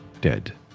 dead